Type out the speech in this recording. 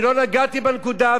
ולא הצדקתי את המעשה,